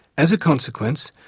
as a consequence,